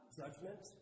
judgment